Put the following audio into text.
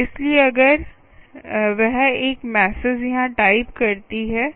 इसलिए अगर वह एक मैसेज यहाँ टाइप करती है